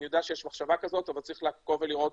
אני יודע שיש מחשבה כזאת אבל צריך לעקוב ולראות